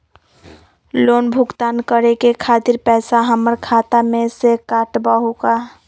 Loan भुगतान करे के खातिर पैसा हमर खाता में से ही काटबहु का?